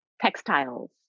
textiles